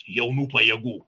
jaunų pajėgų